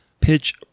pitch